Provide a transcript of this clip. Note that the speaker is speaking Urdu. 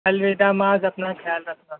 الوداع معاذ اپنا خیال رکھنا